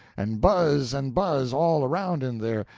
and buzz and buzz all around in there,